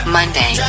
Monday